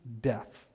death